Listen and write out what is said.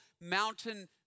mountain